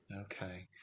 Okay